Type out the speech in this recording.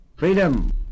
freedom